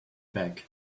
bag